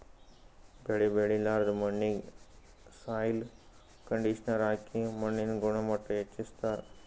ಬೆಳಿ ಬೆಳಿಲಾರ್ದ್ ಮಣ್ಣಿಗ್ ಸಾಯ್ಲ್ ಕಂಡಿಷನರ್ ಹಾಕಿ ಮಣ್ಣಿನ್ ಗುಣಮಟ್ಟ್ ಹೆಚಸ್ಸ್ತಾರ್